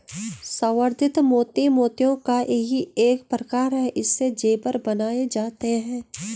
संवर्धित मोती मोतियों का ही एक प्रकार है इससे जेवर बनाए जाते हैं